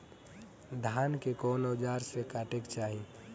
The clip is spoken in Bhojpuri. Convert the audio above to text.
धान के कउन औजार से काटे के चाही?